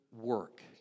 work